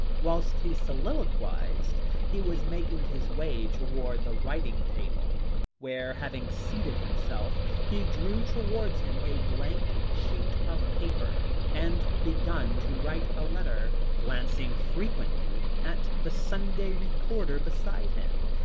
whilst he soliloquized, he was making his way towards the writing-table, where, having seated himself, he drew towards him a blank sheet of paper and began to write a letter, glancing frequently at the sunday recorder beside him.